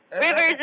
Rivers